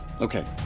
Okay